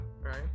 Right